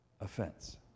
offense